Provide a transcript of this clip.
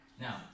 Now